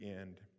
end